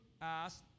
asked